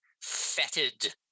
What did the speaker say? fetid